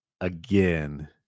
again